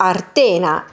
Artena